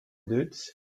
duties